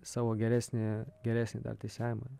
savo geresnį geresnį tą teisėjavimą